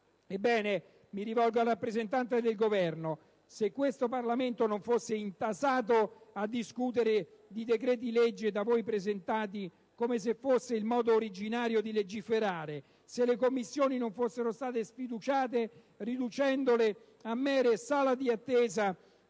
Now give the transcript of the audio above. Ebbene, mi rivolgo al rappresentante del Governo. Se questo Parlamento non fosse intasato a discutere di decreti-legge da voi presentati come se fosse il modo ordinario di legiferare; se le Commissioni non fossero state sfiduciate riducendole a mere sale di attesa